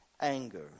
Anger